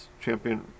champion